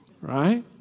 right